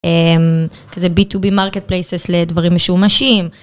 כזה B2B מרקט פלייסס לדברים משומשים.